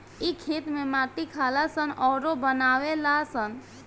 इ खेत में माटी खालऽ सन अउरऊ बनावे लऽ सन